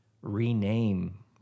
rename